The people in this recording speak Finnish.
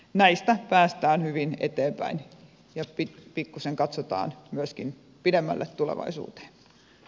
näistä päästään hyvin eteenpäin ja pikkusen katsotaan myöskin pidemmälle tulevaisuuteen